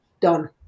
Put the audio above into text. done